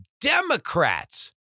Democrats